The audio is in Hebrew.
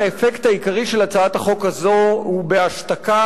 האפקט העיקרי של הצעת החוק הזו הוא בהשתקה